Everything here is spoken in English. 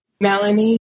Melanie